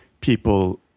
people